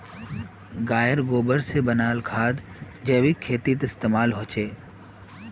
गायेर गोबर से बनाल खाद जैविक खेतीत इस्तेमाल होछे